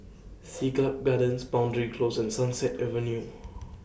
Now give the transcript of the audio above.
Siglap Gardens Boundary Close and Sunset Avenue